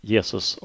Jesus